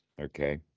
Okay